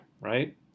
right